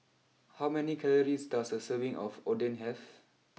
how many calories does a serving of Oden have